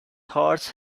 horse